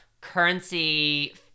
currency